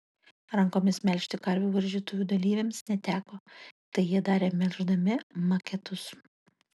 rankomis melžti karvių varžytuvių dalyviams neteko tai jie darė melždami maketus